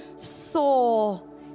soul